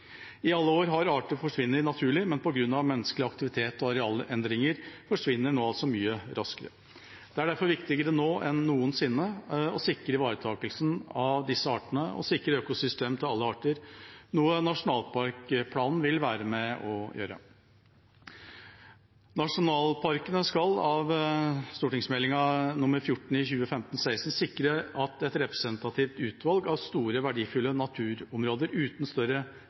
I alle år har arter forsvunnet naturlig, men på grunn av menneskelig aktivitet og arealendringer forsvinner de nå mye raskere. Det er derfor viktigere enn noensinne å sikre ivaretakelsen av disse artene og sikre et økosystem for alle arter, noe nasjonalparkplanen vil være med på å gjøre. Nasjonalparkene skal ifølge Meld. St. 14 for 2015–2016 sikre at et representativt utvalg av store, verdifulle naturområder uten større